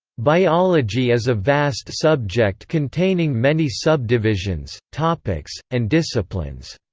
biology is a vast subject containing many subdivisions, topics, and disciplines.